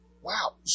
wow